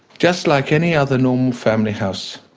just like any other normal family house,